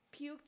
puked